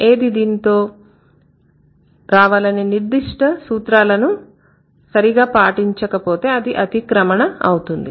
ఏది దేనితో రావాలనే నిర్దిష్ట సూత్రాలను సరిగా పాటించకపోతే అది అతిక్రమణ అవుతుంది